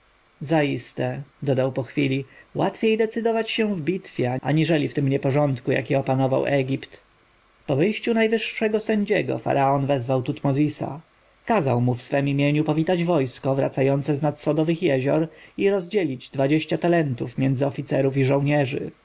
zaiste dodał po chwili łatwiej decydować się w bitwie aniżeli w tym nieporządku jaki opanował egipt po wyjściu najwyższego sędziego faraon wezwał tutmozisa kazał mu w swem imieniu powitać wojsko wracające z nad sodowych jezior i rozdzielić dwadzieścia talentów między oficerów i żołnierzy